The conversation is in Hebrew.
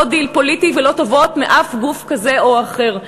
לא דיל פוליטי ולא טובות מאף גוף כזה או אחר.